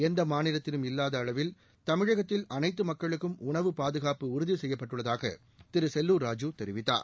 எந்த மாநிலத்திலும் இல்லாத அளவில் தமிழகத்தில் அனைத்து மக்களுக்கம் உணவு பாதுகாப்பு உறுதி செய்யப்பட்டுள்ளதாக திரு செல்லூர் ராஜூ தெரிவித்தார்